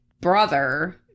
brother